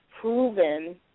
proven